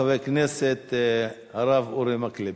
חבר הכנסת הרב אורי מקלב.